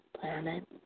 planet